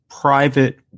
private